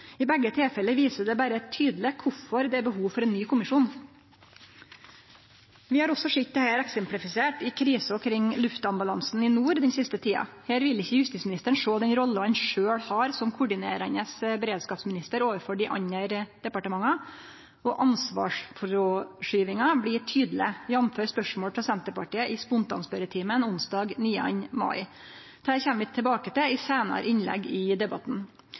I begge tilfelle viser det berre tydeleg kvifor det er behov for ein ny kommisjon. Vi har også sett dette eksemplifisert i krisa kring luftambulansen i nord den siste tida. Her vil ikkje justisministeren sjå den rolla han sjølv har som koordinerande beredskapsminister overfor dei andre departementa, og ansvarsfråskyvinga blir tydeleg, jf. spørsmål frå Senterpartiet i spontanspørjetimen onsdag den 9. mai. Dette kjem vi tilbake til i seinare innlegg i debatten.